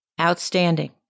Outstanding